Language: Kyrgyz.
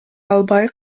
албай